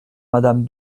madame